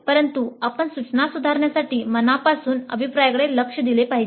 परंतु आपण सूचना सुधारण्यासाठी मनापासून अभिप्रायाकडे लक्ष दिले पाहिजे